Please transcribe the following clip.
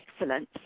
excellence